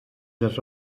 les